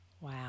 Wow